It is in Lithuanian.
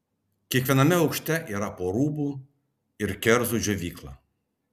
kiekviename aukšte yra po rūbų ir kerzų džiovyklą